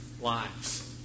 lives